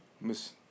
Miss